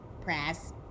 Press